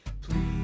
please